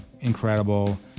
incredible